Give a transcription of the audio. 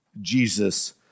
Jesus